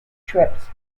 trips